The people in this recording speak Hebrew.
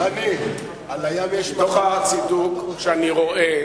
מתוך הצידוק שאני רואה